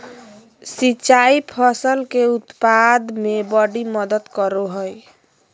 सिंचाई फसल के उत्पाद में बड़ी मदद करो हइ